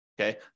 okay